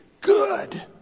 good